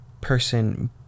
person